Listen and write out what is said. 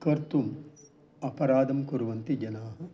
कर्तुम् अपराधं कुर्वन्ति जनाः